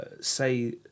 say